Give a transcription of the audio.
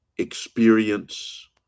Experience